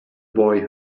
boy